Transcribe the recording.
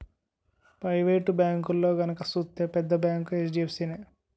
private బేంకుల్లో గనక సూత్తే పెద్ద బేంకు హెచ్.డి.ఎఫ్.సి నే